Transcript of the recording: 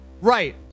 Right